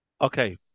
okay